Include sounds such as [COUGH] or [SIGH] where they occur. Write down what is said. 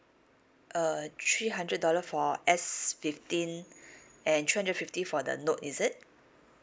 uh three hundred dollar for S fifteen [BREATH] and three hundred fifty for the note is it